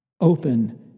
Open